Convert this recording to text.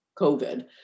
COVID